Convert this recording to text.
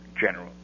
General